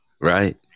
Right